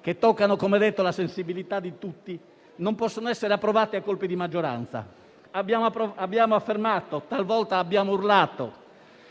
che toccano, come ho detto, la sensibilità di tutti, non possono essere approvate a colpi di maggioranza. Abbiamo affermato, talvolta abbiamo urlato